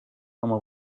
ama